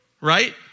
right